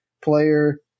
player